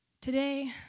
Today